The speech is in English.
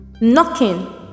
knocking